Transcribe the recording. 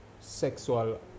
sexual